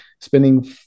spending